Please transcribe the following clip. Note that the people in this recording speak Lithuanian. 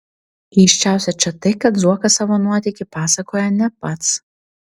keisčiausia čia tai kad zuokas savo nuotykį pasakoja ne pats